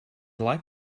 like